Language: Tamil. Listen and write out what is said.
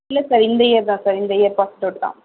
இல்லை சார் இந்த இயர் தான் சார் இந்த இயர் பாஸ்டு அவுட் தான்